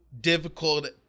difficult